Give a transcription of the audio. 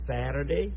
Saturday